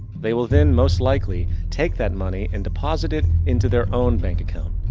they will then most likely take that money and deposit it into their own bank account.